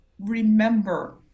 Remember